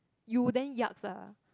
you then yucks ah